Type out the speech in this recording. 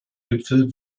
gipfel